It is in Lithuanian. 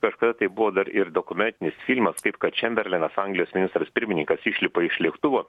kažkada tai buvo dar ir dokumentinis filmas kaip kad čemberlenas anglijos ministras pirmininkas išlipa iš lėktuvo